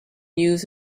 news